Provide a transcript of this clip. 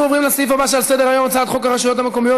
אנחנו עוברים לסעיף הבא שעל סדר-היום: הצעת חוק הרשויות המקומיות,